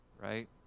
right